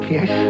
Yes